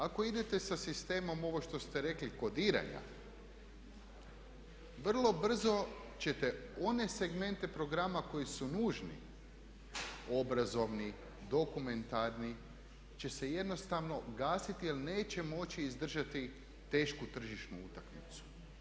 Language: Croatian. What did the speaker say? Ako idete sa sistemom ovo što ste rekli kodiranja vrlo brzo ćete one segmente programa koji su nužni, obrazovni, dokumentarni će se jednostavno gasiti jer neće moći izdržati tešku tržišnu utakmicu.